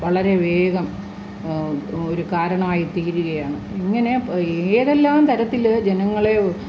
വളരെ വേഗം ഒരു കാരണമായി തീരുകയാണ് ഇങ്ങനെ ഏതെല്ലാം തരത്തിൽ ജനങ്ങളെ